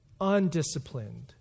undisciplined